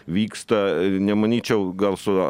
vyksta nemanyčiau gal su